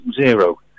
zero